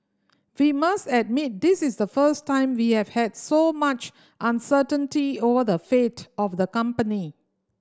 we must admit this is the first time we have had so much uncertainty over the fate of the company